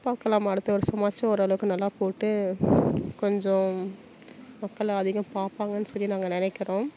பார்க்கலாம் அடுத்த வருஷமாச்சும் ஓரளவுக்கு நல்லா போட்டு கொஞ்சம் மக்கள் அதிகம் பார்ப்பாங்கன்னு சொல்லி நாங்கள் நினைக்கறோம்